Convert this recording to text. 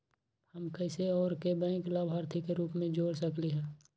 हम कैसे कोई और के बैंक लाभार्थी के रूप में जोर सकली ह?